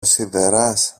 σιδεράς